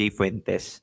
Fuentes